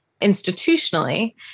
institutionally